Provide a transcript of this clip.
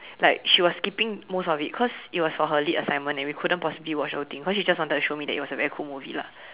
like she was skipping most of it cause it was for her lit assignment and we couldn't possibly watch the whole thing cause she just wanted to show me that it was a very cool movie lah